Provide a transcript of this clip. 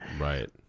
right